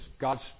God's